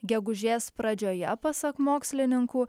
gegužės pradžioje pasak mokslininkų